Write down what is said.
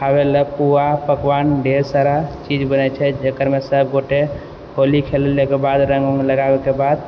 खाबैला पुआ पकवान ढ़ेर सारा चीज बनै छै जकरमे सबगोटे होली खेलैके बाद रङ्ग ऊङ्ग लगाबैके बाद